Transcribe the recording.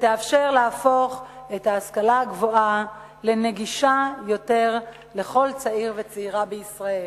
ותאפשר להפוך את ההשכלה הגבוהה לנגישה יותר לכל צעיר וצעירה בישראל.